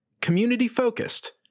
community-focused